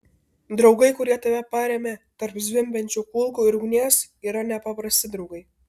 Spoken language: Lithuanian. draugai kurie tave parėmė tarp zvimbiančių kulkų ir ugnies yra nepaprasti draugai